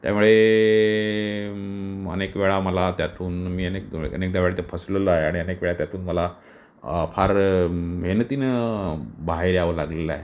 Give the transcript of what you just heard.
त्यामुळे अनेक वेळा मला त्यातून मी अनेक अनेकदा वेळा ते फसलेलो आहे आणि अनेक वेळा त्यातून मला फार मेहनतीनं बाहेर यावं लागलेलं आहे